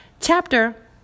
Chapter